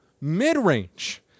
mid-range